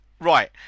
Right